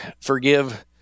forgive